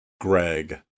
Greg